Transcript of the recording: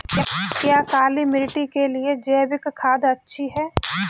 क्या काली मिट्टी के लिए जैविक खाद अच्छी है?